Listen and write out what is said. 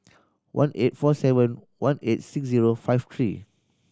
one eight four seven one eight six zero five three